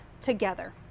together